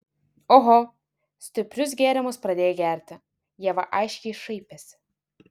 oho stiprius gėrimus pradėjai gerti ieva aiškiai šaipėsi